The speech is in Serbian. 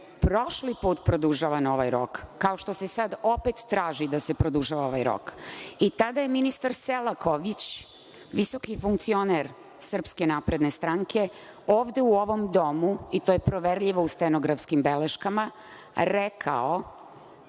prošli put produžavan ovaj rok, kao što se sad opet traži da se produžava ovaj rok. Tada je ministar Selaković, visoki funkcioner SNS, ovde, u ovom domu, i to je proverljivo u stenografskim beleškama, rekao